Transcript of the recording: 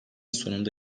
sonunda